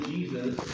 Jesus